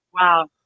Wow